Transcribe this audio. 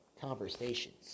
conversations